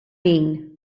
min